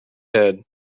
head